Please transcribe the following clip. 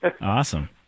Awesome